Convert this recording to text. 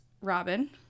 Robin